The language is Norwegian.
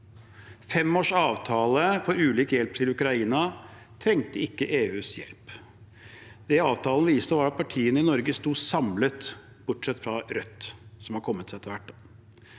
Femårsavtalen for ulik hjelp til Ukraina trengte ikke EUs hjelp. Det avtalen viste, var at partiene i Norge sto samlet – bortsett fra Rødt, som har kommet etter hvert.